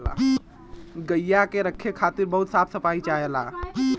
गइया के रखे खातिर बहुत साफ सफाई चाहेला